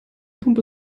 pumpe